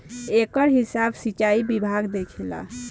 एकर हिसाब सिचाई विभाग देखेला